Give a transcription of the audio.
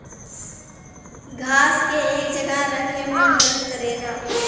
घास के एक जगह रखे मे मदद करेला